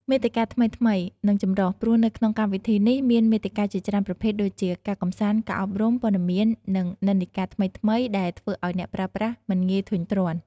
មាតិកាថ្មីៗ និងចម្រុះ ព្រោះនៅក្នុងកម្មវិធីនេះមានមាតិកាជាច្រើនប្រភេទដូចជា ការកម្សាន្ត ការអប់រំ ព័ត៌មាន និងនិន្នាការថ្មីៗ ដែលធ្វើឱ្យអ្នកប្រើប្រាស់មិនងាយធុញទ្រាន់។